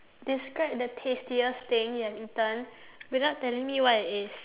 describe the tastiest thing you've eaten without telling me what it is